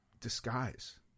disguise